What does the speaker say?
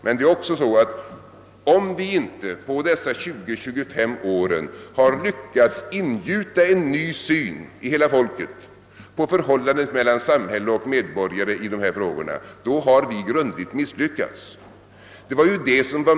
Härtill kommer att om vi inte under dessa 20—25 år har lyckats ingjuta en ny syn i hela folket när det gäller förhållandet mellan samhälle och medborgare i dessa frågor så har vi grundligt misslyckats.